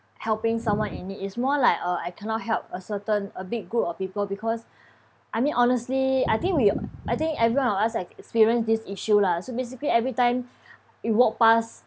helping someone in need is more like uh I cannot help a certain a big group of people because I mean honestly I think we I think everyone of us like experience this issue lah so basically every time you walk past